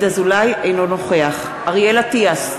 אינו נוכח אריאל אטיאס,